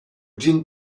gene